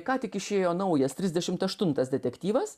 ką tik išėjo naujas trisdešimt aštuntas detektyvas